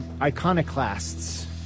iconoclasts